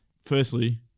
firstly